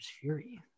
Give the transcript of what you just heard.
Fury